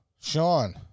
Sean